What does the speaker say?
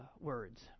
words